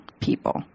people